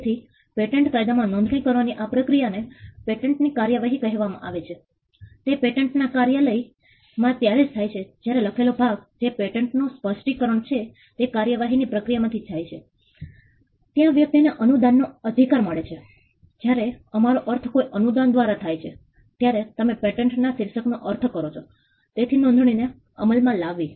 તેથી પેટન્ટ કાયદામાં નોંધણી કરવાની આ પ્રક્રિયા ને પેટન્ટ ની કાર્યવાહી કહેવામાં આવે છે તે પેટન્ટ ના કાર્યાલય માં ત્યારેજ થાય છે જયારે લખેલો ભાગ જે પેટન્ટ નું સ્પષ્ટિકરણ છે તે કાર્યવાહી ની પ્રક્રિયા માંથી જાય છે ત્યાં વ્યક્તિને અનુદાન નો અધિકાર મળે છે જયારે અમારો અર્થ કોઈ અનુદાન દ્વારા થાય છે ત્યારે તમે પેટન્ટ ના શીર્ષક નો અર્થ કરો છો તેથી નોંધણી ને અમલમાં લાવવી